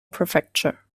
prefecture